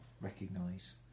recognise